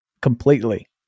completely